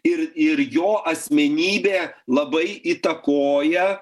ir ir jo asmenybė labai įtakoja